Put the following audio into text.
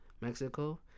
mexico